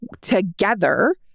together